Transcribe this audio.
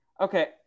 Okay